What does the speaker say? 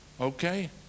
Okay